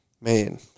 Man